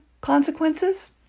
consequences